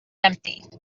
empty